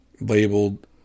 labeled